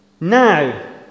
Now